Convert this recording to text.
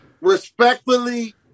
Respectfully